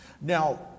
Now